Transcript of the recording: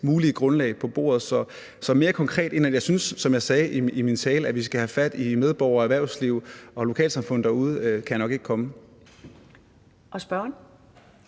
mulige grundlag på bordet. Så mere konkret end det, jeg sagde i min tale, nemlig at vi skal have fat i medborgere, erhvervsliv og lokalsamfund derude, kan jeg nok ikke blive. Kl.